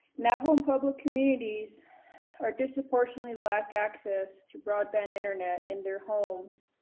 navajo and pueblo communities are disproportionately lack access to broadband internet in their homes.